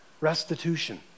restitution